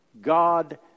God